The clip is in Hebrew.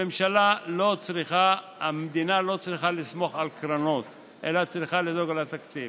המדינה לא צריכה לסמוך על קרנות אלא צריכה לדאוג לתקציב.